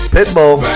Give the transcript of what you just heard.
Pitbull